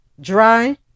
dry